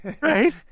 Right